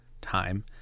time